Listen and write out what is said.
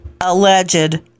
alleged